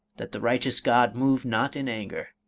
that the righteous god move not in anger